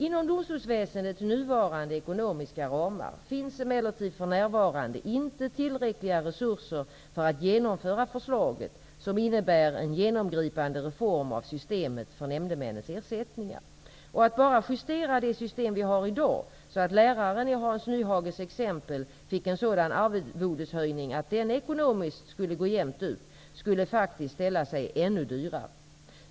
Inom domstolsväsendets nuvarande ekonomiska ramar finns emellertid för närvarande inte tillräckliga resurser för att genomföra förslaget som innebär en genomgripande reform av systemet för nämndemännens ersättningar. Och att bara justera det system vi har i dag, så att läraren i Hans Nyhages exempel fick en sådan arvodeshöjning att denne ekonomiskt skulle gå jämnt ut, skulle faktiskt ställa sig ännu dyrare.